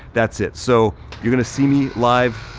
that's it so you're gonna see me live.